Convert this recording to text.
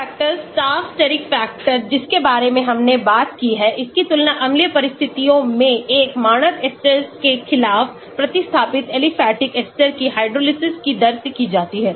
Steric factors Taft Steric factor जिसके बारे में हमने बात की है इसकी तुलना अम्लीय परिस्थितियों में एक मानक esters के खिलाफ प्रतिस्थापित एलीफेटिक ester की हाइड्रोलिसिस की दरों से की जाती है